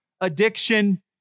addiction